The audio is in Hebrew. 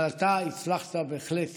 אבל אתה הצלחת בהחלט